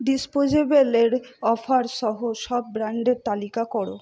ডিসপোজেবেলের offer সহ সব ব্র্যান্ডের তালিকা করো